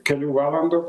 kelių valandų